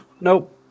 Nope